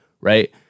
right